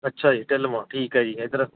ਅੱਛਾ ਜੀ ਢਿੱਲਵਾਂ ਠੀਕ ਹੈ ਜੀ ਇੱਧਰ